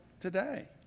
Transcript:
today